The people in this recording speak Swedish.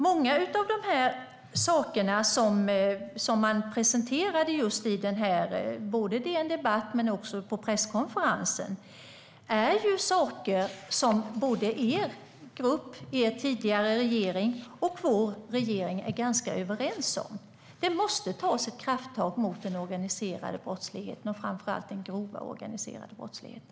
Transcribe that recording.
Mycket av det som man presenterade både på DN Debatt och på presskonferensen är sådant som både er grupp i den tidigare regeringen och vår regering är ganska överens om. Det måste tas ett krafttag mot den organiserade brottsligheten och framför allt den grova organiserade brottsligheten.